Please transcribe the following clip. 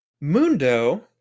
Mundo